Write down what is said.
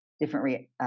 different